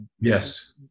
Yes